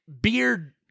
beard